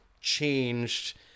changed